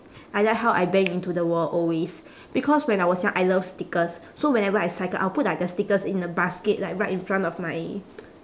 I like how I bang into the wall always because when I was young I love stickers so whenever I cycle I'll put like the stickers in the basket like right in front of my